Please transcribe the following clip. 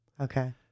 okay